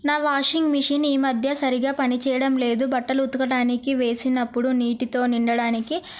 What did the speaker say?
నా washing machine ఈ మధ్య సరిగా పనిచయడం లేదు బట్టలు ఉతకడానికి వేసినప్పుడు నీటితో నిండడానికి